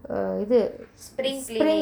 uh is it spring